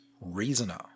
Reasoner